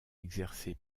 exercée